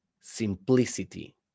simplicity